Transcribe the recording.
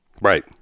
Right